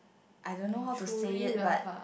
I don't know how to say it but